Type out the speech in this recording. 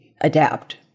adapt